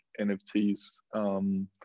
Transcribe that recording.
NFTs